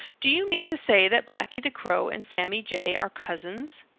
do you mean to say that blacky the crow and sammy jay are cousins?